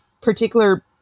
particular